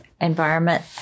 Environment